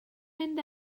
mynd